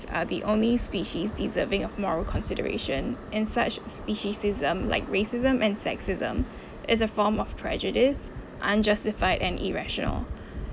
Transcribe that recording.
are the only species deserving of moral consideration and such speciesism like racism and sexism is a form of prejudice unjustified and irrational